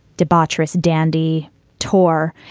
debaucherous dandy tour.